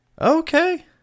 Okay